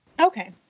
Okay